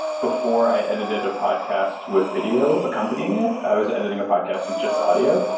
before i edited a podcasts with video accompanying it, i was editing a podcast with just audio,